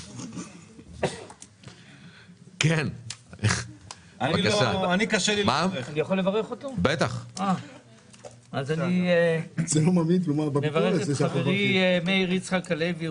אני מברך את חברי מאיר יצחק הלוי,